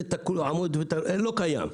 זה תקוע לעמוד, אין, לא קיים.